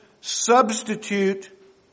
substitute